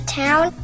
town